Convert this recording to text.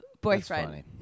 boyfriend